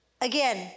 Again